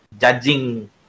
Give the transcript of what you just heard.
judging